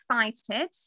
excited